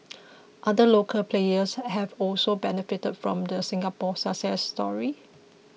other local players have also benefited from the Singapore success story